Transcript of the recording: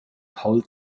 paul